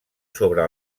sobre